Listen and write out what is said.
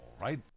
right